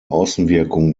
außenwirkung